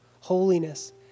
holiness